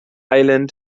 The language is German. island